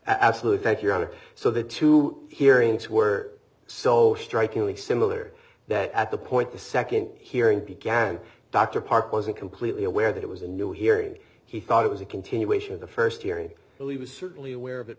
absolute thank you and so the two hearings were so strikingly similar that at the point the second hearing began dr park wasn't completely aware that it was a new hearing he thought it was a continuation of the first hearing believe was certainly aware of it